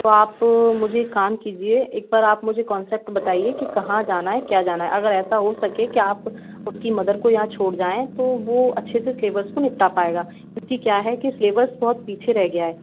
तो आप मुझे एक काम कीजिए मुझ एक बार आप काँसेप्ट बताइए कि कहाँ जाना है क्या जाना है अगर ऐसा हो सके के आप उसकी मदर को यहाँ छोड़ जाएँ तो वो अच्छे से स्लेबस को निपटा पाएगा क्यूँकि क्या है कि स्लेबस बहुत पीछे रह गया है